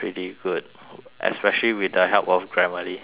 especially with the help of grammarly pardon